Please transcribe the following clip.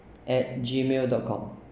at gmail dot com